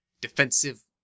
defensive